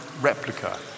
replica